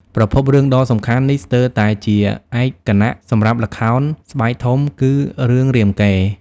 ប្រភពរឿងដ៏សំខាន់នេះស្ទើរតែជាឯកគណៈសម្រាប់ល្ខោនស្បែកធំ គឺ រឿងរាមកេរ្តិ៍ ។